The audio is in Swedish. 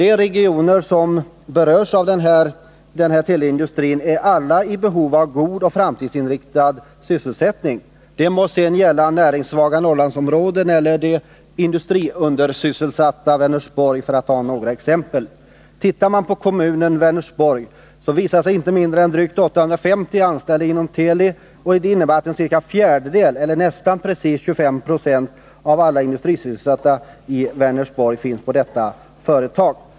De regioner som berörs av denna teleindustri är alla i behov av god och framtidsinriktad sysselsättning. Det må sedan gälla de näringssvaga Norrlandsområdena eller det industriundersysselsatta Vänersborg, för att nu ta några exempel. Ser man på kommunen Vänersborg, så visar det sig att inte mindre än drygt 850 personer är anställda inom Teli. Det innebär att ca en fjärdedel eller nästan 25 96 av alla industrisysselsatta i Vänersborg finns på detta företag.